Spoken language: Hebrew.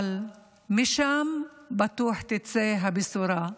אבל משם בטוח תצא הבשורה,